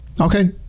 okay